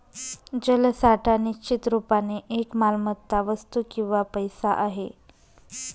जलसाठा निश्चित रुपाने एक मालमत्ता, वस्तू किंवा पैसा आहे